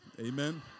Amen